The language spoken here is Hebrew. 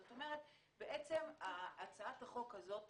זאת אומרת, בעצם הצעת החוק הזאת